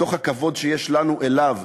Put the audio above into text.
מתוך הכבוד שיש לנו אליו,